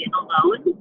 alone